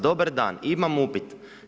Dobar dan, imam upit.